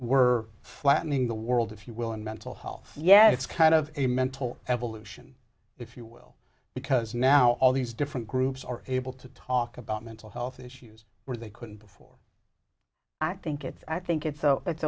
we're flattening the world if you will and mental health yeah it's kind of a mental evolution if you will because now all these different groups are able to talk about mental health issues where they couldn't before i think it's i think it's so it's